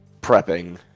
prepping